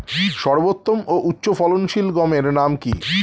সর্বোত্তম ও উচ্চ ফলনশীল গমের নাম কি?